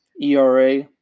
ERA